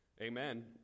amen